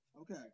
Okay